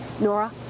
Nora